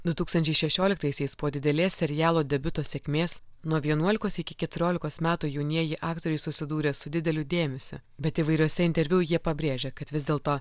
du tūkstančiai šešioliktaisiais po didelės serialo debiuto sėkmės nuo vienuolikos iki keturiolikos metų jaunieji aktoriai susidūrė su dideliu dėmesiu bet įvairiuose interviu jie pabrėžia kad vis dėlto